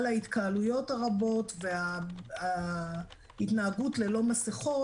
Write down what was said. ההתקהלויות הרבות וההתנהגות ללא מסיכות,